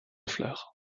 fleurs